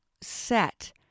set